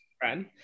friend